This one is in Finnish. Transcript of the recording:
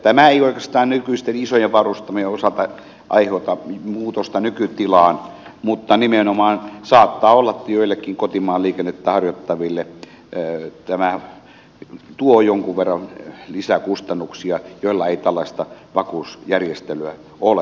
tämä ei oikeastaan nykyisten isojen varustamojen osalta aiheuta muutosta nykytilaan mutta nimenomaan saattaa olla että tämä tuo jonkun verran lisäkustannuksia joillekin kotimaan liikennettä harjoittaville joilla ei tällaista vakuutusjärjestelyä ole